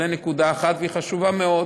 זו נקודה אחת, והיא חשובה מאוד.